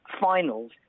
finals